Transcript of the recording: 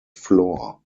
floor